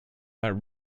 that